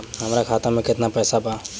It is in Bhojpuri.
हमरा खाता मे केतना पैसा बा?